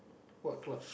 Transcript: what club